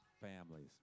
families